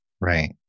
Right